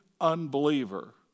unbeliever